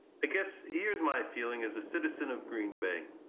i guess here's my feeling as a citizen of green bay.